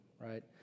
right